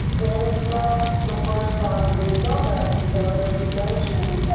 and it's the the first time that they've done that because as you mentioned